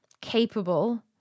capable